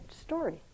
story